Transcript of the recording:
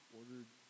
ordered